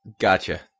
Gotcha